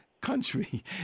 country